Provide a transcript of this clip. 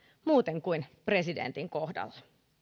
muuten kuin presidentin kohdalla